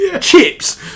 chips